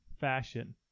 fashion